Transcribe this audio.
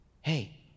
Hey